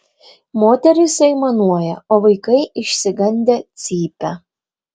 moterys aimanuoja o vaikai išsigandę cypia